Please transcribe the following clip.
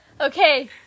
Okay